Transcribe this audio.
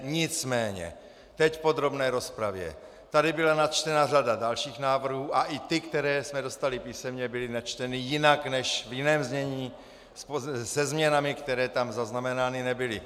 Nicméně teď v podrobné rozpravě tady byla načtena řada dalších návrhů a i ty, které jsme dostali písemně, byly načteny v jiném znění se změnami, které tam zaznamenány nebyly.